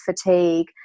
fatigue